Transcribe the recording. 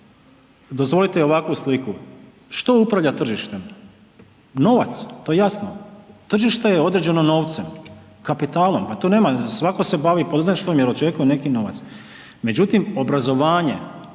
dozvolite i ovakvu sliku. Što upravlja tržištem? Novac, to je jasno, tržište je određeno novcem, kapitalom, pa tu nema svako se bavi poduzetništvom jer očekuje neki novac. Međutim, obrazovanje